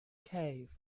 cave